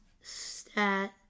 stat